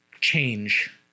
change